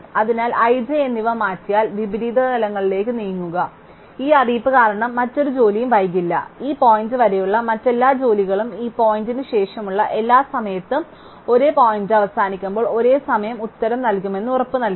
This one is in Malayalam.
അതിനാൽ i j എന്നിവ മാറ്റിയാൽ വിപരീതങ്ങളിലേക്ക് നീങ്ങുക ഈ അറിയിപ്പ് കാരണം മറ്റൊരു ജോലിയും വൈകില്ല ഈ പോയിന്റ് വരെയുള്ള മറ്റെല്ലാ ജോലികളും ഈ പോയിന്റിന് ശേഷമുള്ള എല്ലാ സമയത്തും ഒരേ പോയിന്റ് അവസാനിക്കുമ്പോൾ ഒരേ സമയം ഉത്തരം നൽകുമെന്ന് ഉറപ്പ് നൽകി